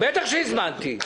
בטח שהזמנתי.